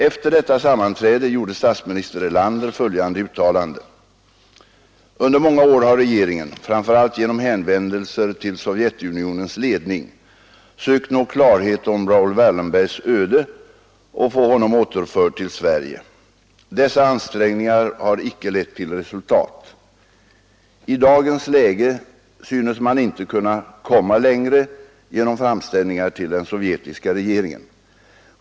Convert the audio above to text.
Efter detta sammanträde gjorde statsminister Erlander följande uttalande: ”Under många år har regeringen — framför allt genom hänvändelser till Sovjetunionens ledning — sökt nå klarhet om Raoul Wallenbergs öde och få honom återförd till Sverige. Dessa ansträngningar har icke lett till resultat. I dagens läge synes man inte kunna komma längre genom framställningar till den sovjetiska regeringen.